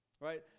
right